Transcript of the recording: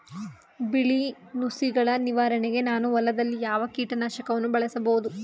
ಬಿಳಿ ನುಸಿಗಳ ನಿವಾರಣೆಗೆ ನಾನು ಹೊಲದಲ್ಲಿ ಯಾವ ಕೀಟ ನಾಶಕವನ್ನು ಬಳಸಬಹುದು?